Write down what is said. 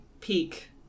peak